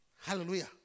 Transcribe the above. Hallelujah